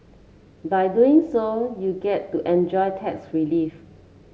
by doing so you get to enjoy tax relief